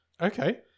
Okay